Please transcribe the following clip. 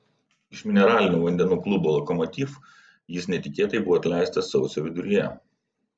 iš mineralinių vandenų klubo lokomotiv jis netikėtai buvo atleistas sausio viduryje